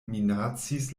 minacis